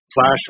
flash